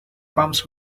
palms